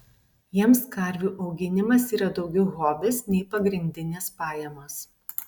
jiems karvių auginimas yra daugiau hobis nei pagrindinės pajamos